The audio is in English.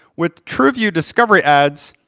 with trueview discovery ads,